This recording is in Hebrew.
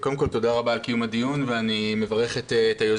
קודם כל תודה רבה על קיום הדיון ואני מברך את היוזמים,